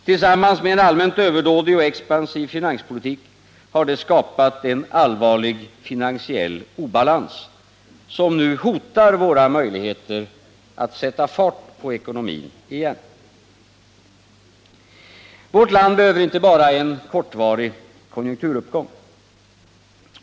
Tillsammans med en allmänt överdådig och expansiv finanspolitik har detta skapat en allvarlig finansiell obalans som nu hotar våra möjligheter att sätta fart på ekonomin igen. Vårt land behöver inte bara en kortvarig konjunkturuppgång.